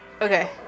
Okay